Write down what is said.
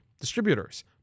distributors